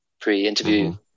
pre-interview